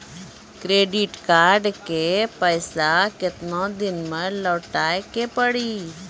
Credit card के पैसा केतना दिन मे लौटाए के पड़ी?